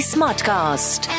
SmartCast